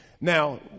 Now